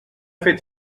fet